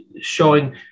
showing